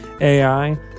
AI